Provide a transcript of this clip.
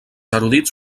erudits